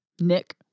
Nick